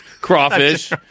crawfish